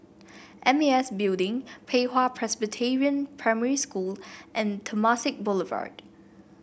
M A S Building Pei Hwa Presbyterian Primary School and Temasek Boulevard